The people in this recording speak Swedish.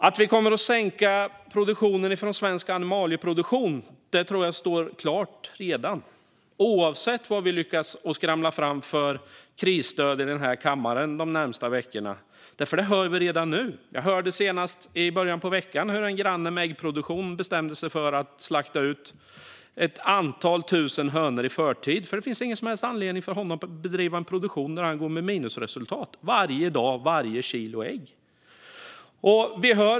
Att vi kommer att sänka produktionen från svensk animalieproduktion tror jag redan står klart, oavsett vilka krisstöd vi lyckas skramla fram i den här kammaren de närmaste veckorna. Vi hör det redan nu. Jag hörde senast i början av veckan hur en granne med äggproduktion bestämt sig för att slakta ut ett antal tusen hönor i förtid. Det finns ingen som helst anledning för honom att bedriva produktion när han går med minusresultat varje dag och för varje kilo ägg.